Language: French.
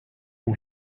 mon